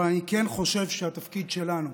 אבל אני כן חושב שהתפקיד שלנו